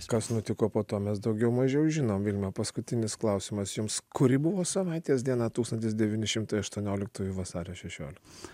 kas nutiko po to mes daugiau mažiau žinom vilma paskutinis klausimas jums kuri buvo savaitės diena tūkstantis devyni šimtai aštuonioliktųjų vasario šešiolikta